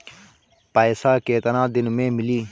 पैसा केतना दिन में मिली?